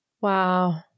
Wow